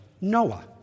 Noah